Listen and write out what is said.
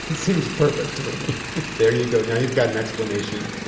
seems perfect for me there you go. now you've got an explanation